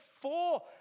four